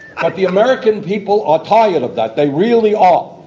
but the american people are tired of that, they really are.